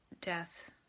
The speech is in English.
death